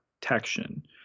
protection